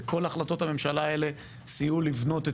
כל החלטות הממשלה האלה סייעו לבנות את